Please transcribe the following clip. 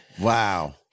Wow